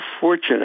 fortunate